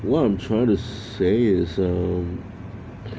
what I'm trying to say is um